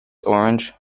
orange